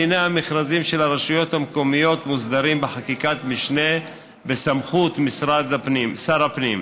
דיני המכרזים של הרשויות המקומיות מוסדרים בחקיקת משנה בסמכות שר הפנים.